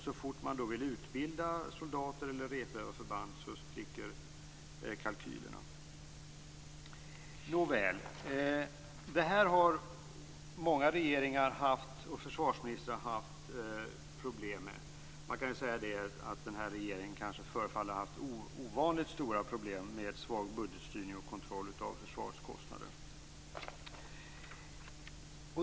Så fort man då vill utbilda soldater eller repöva förband spricker kalkylerna. Det här har många regeringar och försvarsministrar haft problem med. Den här regeringen förefaller kanske haft ovanliga stora problem med svag budgetstyrning och kontroll av försvarskostnaderna.